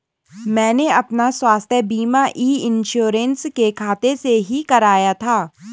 मैंने अपना स्वास्थ्य बीमा ई इन्श्योरेन्स के खाते से ही कराया था